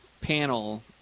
panel